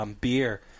beer